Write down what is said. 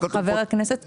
חבר הכנסת אמסלם,